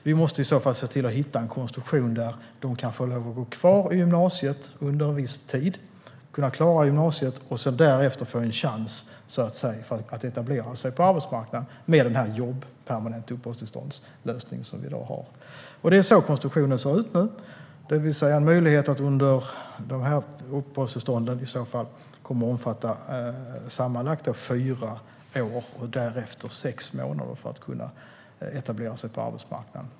Vi måste i så fall se till att hitta en konstruktion inom det jobb-permanent-uppehållstillstånd som vi har i dag där de kan få lov att gå kvar i gymnasiet under en viss tid så att de får en chans att klara gymnasiet och därefter etablera sig på arbetsmarknaden. Det är så konstruktionen ser ut nu. Möjligheten i de här uppehållstillstånden kommer att omfatta sammanlagt fyra år och därefter sex månader för att man ska kunna etablera sig på arbetsmarknaden.